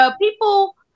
People